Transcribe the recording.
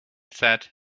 sat